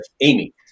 Amy